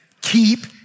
Keep